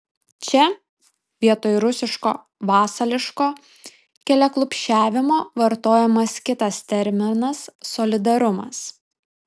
čia vietoj rusiško vasališko keliaklupsčiavimo vartojamas kitas terminas solidarumas